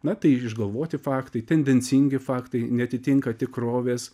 na tai išgalvoti faktai tendencingi faktai neatitinka tikrovės